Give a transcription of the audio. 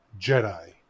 Jedi